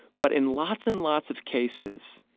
but in lots and lots of cases,